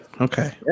Okay